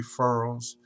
referrals